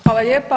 Hvala lijepa.